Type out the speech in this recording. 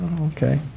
Okay